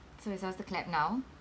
so we're supposed to clap now